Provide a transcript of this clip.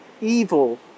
evil